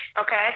okay